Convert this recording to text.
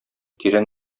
тирән